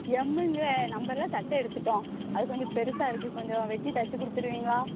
எம்முங்கிற நம்பரில் சட்டை எடுத்துவிட்டோம் அது கொஞ்சம் பெரிசா இருக்குது கொஞ்சம் வெட்டி தச்சு கொடுத்துடுவீங்களா